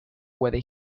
whether